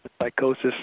psychosis